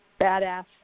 badass